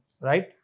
right